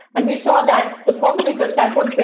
and we saw that the problem with the sample,